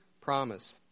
promise